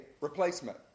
replacement